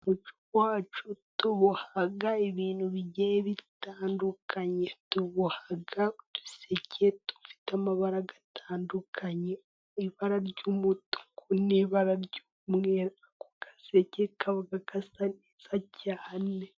Mu muco wacu tuboha ibintu bigiye bitandukanye, tuboha uduseke dufite amabara atandukanye, ibara ry'umutuku n'ibara ry'umweru. Ako gaseke kaba gasa neza cyane.